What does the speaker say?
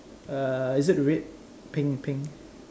err is it red pink pink